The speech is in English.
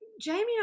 Jamie